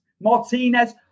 Martinez